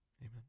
Amen